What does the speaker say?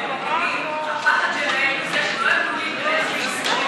הפחד שלהם זה שלא,